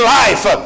life